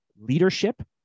Leadership